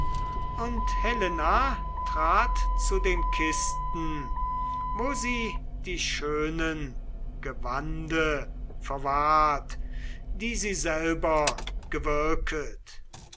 und helena trat zu den kisten wo sie die schönen gewände verwahrt die sie selber gewirket